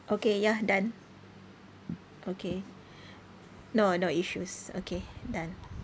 okay ya done okay no no issues okay done